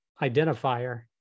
identifier